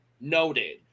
Noted